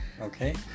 Okay